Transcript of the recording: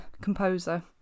composer